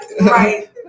Right